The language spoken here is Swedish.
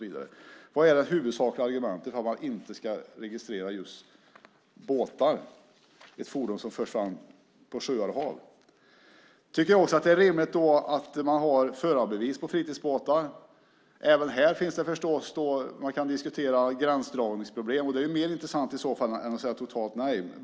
Vad är era huvudsakliga argument om att inte registrera just de fordon som förs fram på sjöar och hav? Jag tycker också att det är rimligt att man har förarbevis på fritidsbåtar. Även här kan man förstås diskutera gränsdragningsproblem, och det är i så fall mer intressant än att säga totalt nej.